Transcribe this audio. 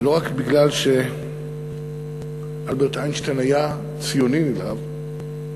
ולא רק מפני שאלברט איינשטיין היה ציוני נלהב,